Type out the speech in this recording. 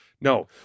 No